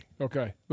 Okay